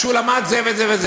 שהוא למד זה וזה.